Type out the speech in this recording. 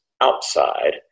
outside